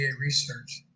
research